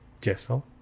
Jessel